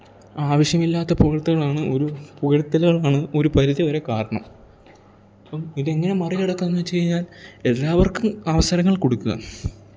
ആവശ്യമില്ലാത്ത പുകഴ്ത്തുകളാണ് ഒരു പുകഴ്ത്തലുകൾ ആണ് ഒരു പരിധിവരെ കാരണം ഇപ്പം ഇതെങ്ങനെ മറികടക്കാം എന്ന് വെച്ച് കഴിഞ്ഞാൽ എല്ലാവർക്കും അവസരങ്ങൾ കൊടുക്കുക